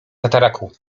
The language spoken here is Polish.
tataraku